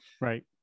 right